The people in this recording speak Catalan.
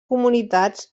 comunitats